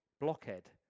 blockhead